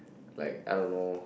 like I don't know